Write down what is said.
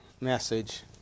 message